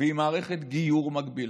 ועם מערכת גיור מקבילה,